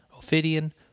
Ophidian